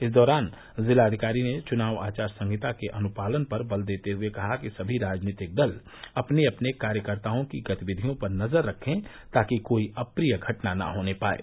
इस दौरान जिलाधिकारी ने चुनाव आचार संहिता के अनुपालन पर बल देते हुए कहा कि सभी राजनीतिक दल अपने अपने कार्यकर्ताओं की गतिविधियों पर नज़र रखे ताकि कोई अप्रिय घटना न होने पायें